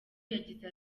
yagize